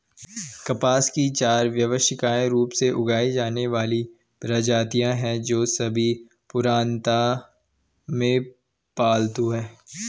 कपास की चार व्यावसायिक रूप से उगाई जाने वाली प्रजातियां हैं, जो सभी पुरातनता में पालतू हैं